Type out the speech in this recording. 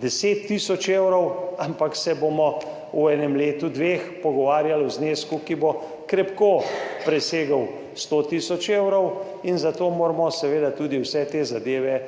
10 tisoč evrov, ampak se bomo v enem letu, dveh pogovarjali o znesku, ki bo krepko presegel 100 tisoč evrov, in zato moramo seveda tudi vse te zadeve